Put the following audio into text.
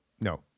no